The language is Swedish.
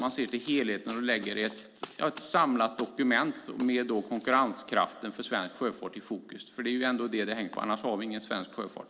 Man ser till helheten och lägger fram ett samlat dokument med konkurrenskraften för svensk sjöfart i fokus. Det är ändå detta det hänger på, annars har vi ingen svensk sjöfart.